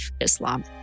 Islam